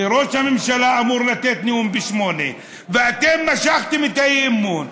וראש הממשלה אמור לתת נאום ב-20:00 ואתם משכתם את האי-אמון,